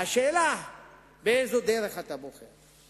והשאלה היא באיזו דרך אתה בוחר.